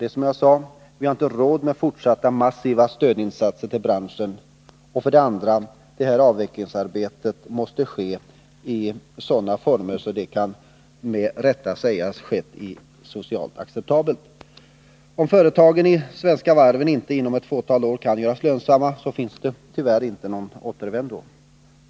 Det är som jag sade: Vi har för det första inte råd med fortsatta massiva stödinsatser till branschen, och för det andra måste avvecklingsarbetet ske i sådana former att det med rätta kan sägas ha skett i socialt acceptabla former. Om de svenska varven inte inom ett par år kan göras lönsamma, finns det tyvärr inte någon återvändo.